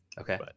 Okay